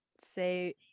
say